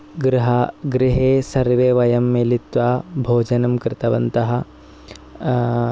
गृह गृहे सर्वे वयं मिलित्वा भोजनं कृतवन्तः